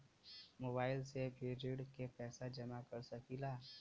Mobile से भी ऋण के पैसा जमा कर सकी ला?